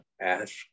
ask